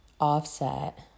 Offset